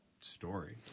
story